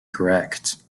correct